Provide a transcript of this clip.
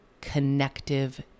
connective